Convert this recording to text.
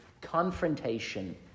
confrontation